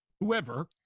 whoever